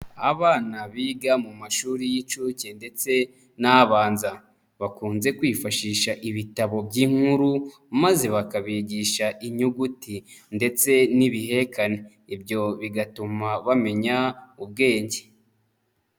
Abana biga mu mashuri y'inshuke ndetse n'abanza bakunze kwifashisha ibitabo by'inkuru maze bakabigisha inyuguti ndetse n'ibihekane, ibyo bigatuma bamenya ubwenge.